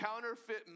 counterfeit